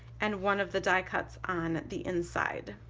and one of the die-cuts on the inside